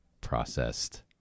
processed